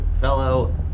fellow